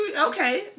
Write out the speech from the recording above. Okay